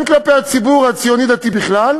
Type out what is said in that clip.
כלפי הציבור הציוני-דתי בכלל,